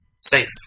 safe